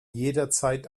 jederzeit